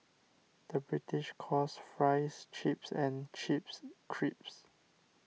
the British calls Fries Chips and Chips Crisps